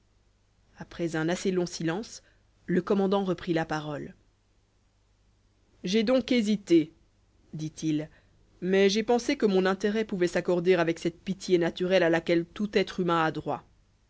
après un assez long silence le commandant reprit la parole j'ai donc hésité dit-il mais j'ai pensé que mon intérêt pouvait s'accorder avec cette pitié naturelle à laquelle tout être humain a droit